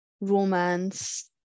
romance